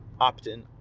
opt-in